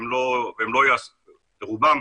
רובם,